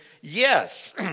yes